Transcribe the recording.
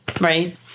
right